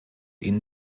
ihnen